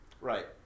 Right